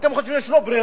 אתם חושבים שיש לו ברירה?